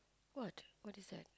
what what is that